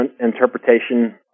interpretation